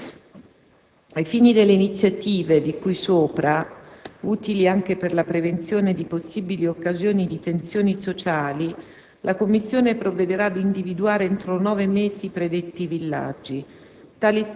Ai fini delle iniziative di cui sopra - utili anche per la prevenzione di possibili occasioni di tensioni sociali - la Commissione provvederà ad individuare, entro nove mesi, i predetti villaggi;